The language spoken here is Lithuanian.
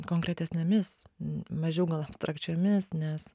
konkretesnėmis mažiau gal abstrakčiomis nes